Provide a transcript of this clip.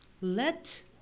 let